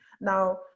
now